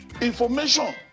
information